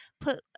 put